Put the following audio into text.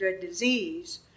disease